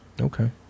Okay